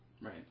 Right